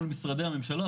מול משרדי הממשלה,